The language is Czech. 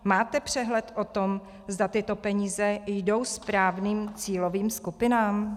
Máte přehled o tom, zda tyto peníze jdou správným cílovým skupinám?